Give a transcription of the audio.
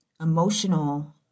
emotional